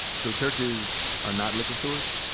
so churches are not liquor stores?